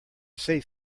save